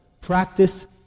practice